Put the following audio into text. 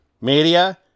media